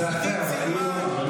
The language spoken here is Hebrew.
עידית סילמן.